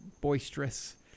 boisterous